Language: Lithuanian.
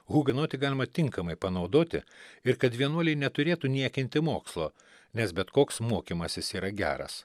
hugenoti galima tinkamai panaudoti ir kad vienuoliai neturėtų niekinti mokslo nes bet koks mokymasis yra geras